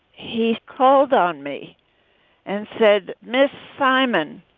he called on me and said, miss simon,